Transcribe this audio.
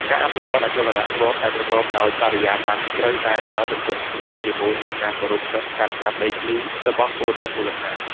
ការអភិវឌ្ឍអចលនទ្រព្យដែលប្រកបដោយបរិយាបន្ន ត្រូវតែដើរទន្ទឹមគ្នាជាមួយនឹងការគោរពសិទ្ធិកាន់កាប់ដីធ្លីរបស់ពលរដ្ឋមូលដ្ឋាន។